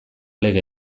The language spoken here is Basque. lege